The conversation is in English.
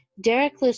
Derek